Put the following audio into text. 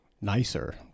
nicer